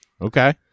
Okay